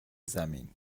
زمین